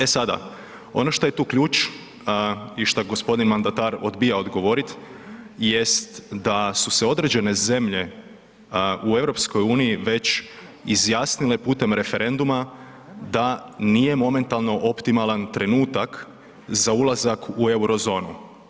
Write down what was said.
E sada, ono što je tu ključ i šta gospodin mandatar odbija odgovoriti jest da su se određene zemlje u EU već izjasnile putem referenduma da nije momentalno optimalan trenutak za ulazak u euro zonu.